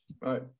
Right